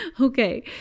Okay